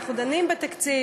ואנחנו דנים בתקציב,